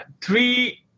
three